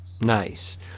Nice